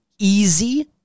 easy